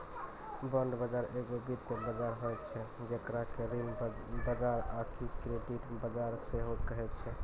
bond बजार एगो वित्तीय बजार होय छै जेकरा कि ऋण बजार आकि क्रेडिट बजार सेहो कहै छै